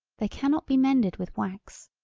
they can not be mended with wax.